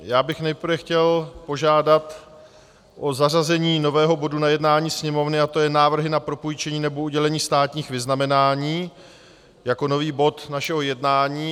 Nejprve bych chtěl požádat o zařazení nového bodu na jednání Sněmovny, a to návrhy na propůjčení nebo udělení státních vyznamenání jako nový bod našeho jednání.